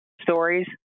stories